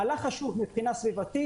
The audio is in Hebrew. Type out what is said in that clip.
מהלך חשוב מבחינה סביבתית,